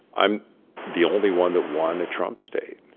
i'm the only one that won a trump state.